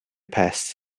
pests